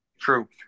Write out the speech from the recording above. true